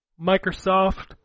Microsoft